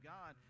God